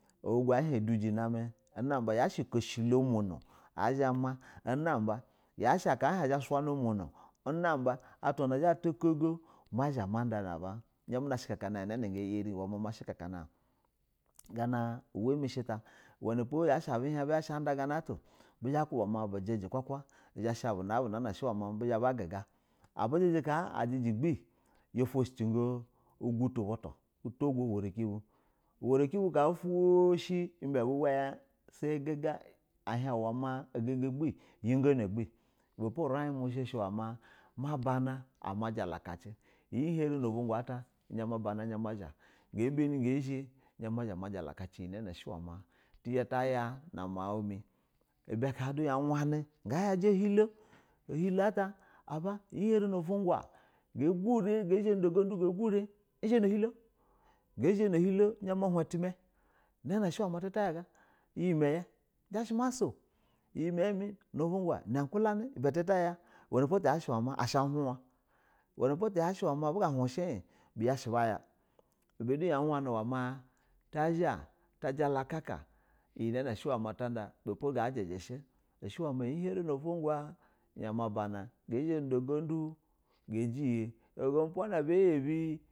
Auhugo a hin uchijɛ na mɛ unaba yushe okoshɛ lonaba namɛ unaba yashɛ aka a hin azha a suna umono, una ba atwa na zha ata uko go unaba na ba muna shika kani an una ga yarɛ ma shɛ kana, kanɛ an ana uwa mɛ shɛ ta ashɛ abu hin buzha shɛ ida ga na ato asha bujɛjɛ kwi abu zha bu guga ajijɛ ubɛ ya foshɛ jogi ugutu ubutu togo, uwara cin bu uwa racin bu ka for shɛ ibɛ abu bwɛ ya samɛ guga a hin ukua gbɛ yigono gbɛ ibɛ po urin mu shɛ uwa ma majala kajɛ, iyɛ harɛ nu uvwnwa in aba na zha ga bani ga zhɛ ma jala kaki yɛ na atu zhɛ ta ya nu mau mɛ, ibɛ du ka du ya ga yajɛ ohilo hɛlo ata aba iyɛ harɛ nu uvwnwa gazhɛ nuda ugundu ga gurɛ izha na hinlo izha ma hun utima unana shɛ uwma tizha tayaga yimiya uzha shɛ ma so yimayɛ mɛ nu bug a una kulanɛ ibɛ ata izha ta ya wanɛ po asha uhimwa uwenɛ po tashɛ uwɛ ma a buga du ya wani ma tajala kaka, ibɛ po du ga jiji shɛ shɛ unɛ ma iyɛ harɛ nuvwngra izha nuda ungudu gajiya ogogo umpa naba yabɛ.